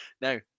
Now